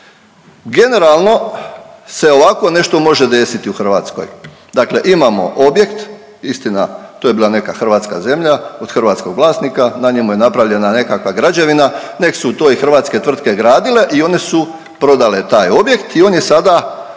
Generalno se ovakvo nešto može desiti u Hrvatskoj, dakle imamo objekt, istina to je bila neka hrvatska zemlja, od hrvatskog vlasnika, na njemu je napravljena nekakva građevina, nek su to i hrvatske tvrtke gradile i one su prodale taj objekt i on je sada